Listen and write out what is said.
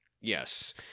Yes